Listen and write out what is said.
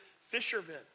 fishermen